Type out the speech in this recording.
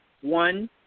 one